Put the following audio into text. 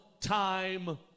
time